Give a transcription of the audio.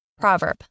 Proverb